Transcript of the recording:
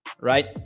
right